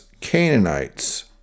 Canaanites